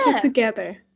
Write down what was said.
together